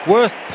Worst